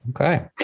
Okay